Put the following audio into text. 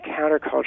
counterculture